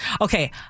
Okay